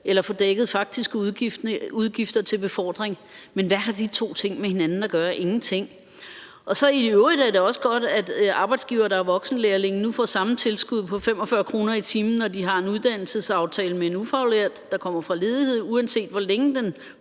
eller få dækket faktiske udgifter til befordring. Men hvad har de to ting med hinanden at gøre? Ingenting. For det andet er det også godt, at arbejdsgivere, der har voksenlærlinge, nu får samme tilskud på 45 kr. i timen, når de har en uddannelsesaftale med en ufaglært, der kommer fra ledighed, uanset hvor længe den